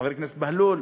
חבר הכנסת בהלול?